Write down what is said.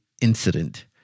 incident